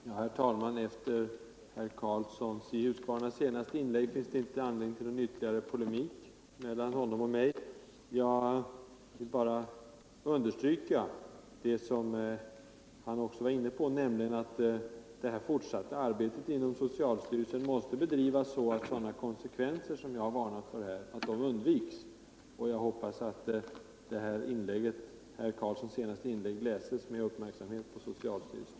Herr talman! Efter herr Karlssons i Huskvarna senaste inlägg finns det inte anledning till någon ytterligare polemik mellan honom och mig. Jag vill bara understryka det som herr Karlsson också var inne på, nämligen att det fortsatta arbetet inom socialstyrelsen måste bedrivas så, att sådana konsekvenser som jag har varnat för undviks. Och jag hoppas att herr Karlssons senaste inlägg läses med uppmärksamhet inom socialstyrelsen.